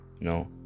No